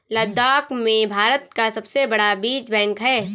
लद्दाख में भारत का सबसे बड़ा बीज बैंक है